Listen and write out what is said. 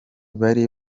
bari